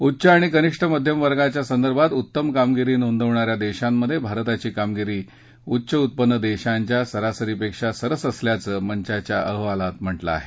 उच्च आणि कनिष्ठ मध्यम वर्गाच्या संदर्भात उत्तम कामगिरी नोंदवणाऱ्या देशांमधे भारताची कामगिरी उच्च उत्पन्न देशांच्या सरासरीपेक्षा सरस असल्याचं मंचाच्या अहवालात म्हटलं आहे